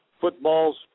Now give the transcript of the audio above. Football's